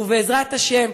ובעזרת השם,